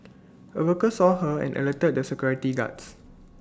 A worker saw her and alerted the security guards